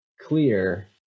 clear